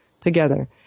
together